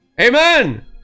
amen